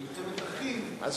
למלחמת אחים,